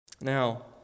Now